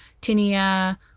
tinea